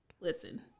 Listen